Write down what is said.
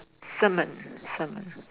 Salmon Salmon